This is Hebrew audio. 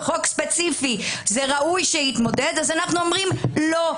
ספציפי ראוי שיתמודד אז אנחנו אומרים: לא.